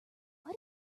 why